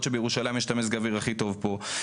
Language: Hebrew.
שבירושלים יש את מזג האוויר הכי טוב פה,